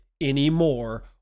anymore